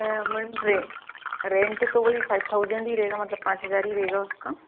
हाँ ma'am rate rent तो वह ही फ़ाइव थाउजेंड ही रहेगा मतलब पाँच हज़ार ही रहेगा उसका